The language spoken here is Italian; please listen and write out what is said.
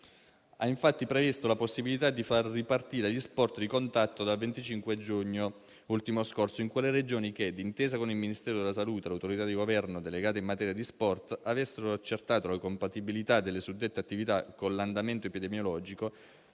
ha, infatti, previsto la possibilità di far ripartire gli sport di contatto dal 25 giugno ultimo scorso in quelle Regioni che, d'intesa con il Ministero della salute e l'autorità di Governo delegata in materia di sport, avessero accertato la compatibilità delle suddette attività con l'andamento epidemiologico.